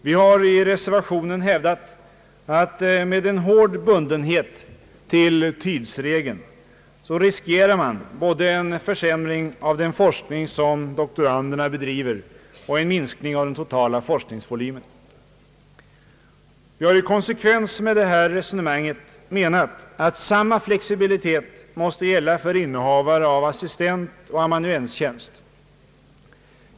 Vi har i reservationen hävdat att med en hård bundenhet till tidsregeln riskerar man både en försämring av den forskning som doktoranderna bedriver och en minskning av den totala forskningsvolymen. Vi har i konsekvens med detta resonemang menat att samma flexibilitet måste gälla för innehavare av assistentoch amanuenstjänster.